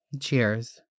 cheers